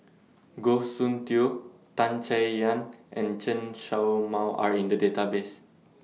Goh Soon Tioe Tan Chay Yan and Chen Show Mao Are in The Database